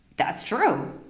that's true.